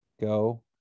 go